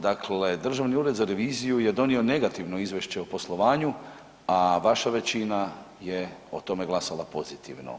Dakle, Državni ured za reviziju je donio negativno izvješće o poslovanju, a vaša većina je o tome glasala pozitivno.